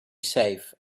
safe